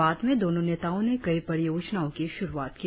बाद में दोनो नेताओ ने कई परियोजनों की शुरुआत की